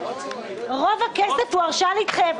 רוב הכסף הוא הרשאה להתחייב.